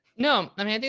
no, i mean,